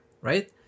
right